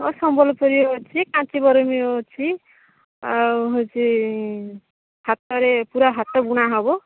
ହଁ ସମ୍ବଲପୁରୀ ଅଛି କାଞ୍ଚିବରମ୍ ବି ଅଛି ଆଉ ହେଉଛି ହାତରେ ପୂରା ହାତବୁଣା ହେବ